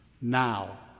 now